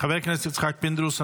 חבר הכנסת יצחק פינדרוס,